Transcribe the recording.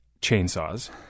chainsaws